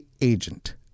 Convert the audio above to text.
agent